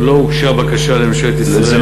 לא הוגשה בקשה לממשלת ישראל.